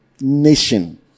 nation